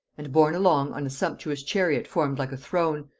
and borne along on a sumptuous chariot formed like a throne,